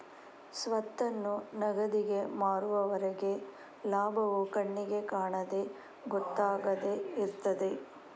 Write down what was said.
ಸ್ವತ್ತನ್ನು ನಗದಿಗೆ ಮಾರುವವರೆಗೆ ಲಾಭವು ಕಣ್ಣಿಗೆ ಕಾಣದೆ ಗೊತ್ತಾಗದೆ ಇರ್ತದೆ